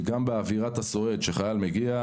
גם באווירת הסועד כשחייל מגיע,